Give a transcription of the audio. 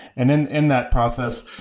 and in in that process,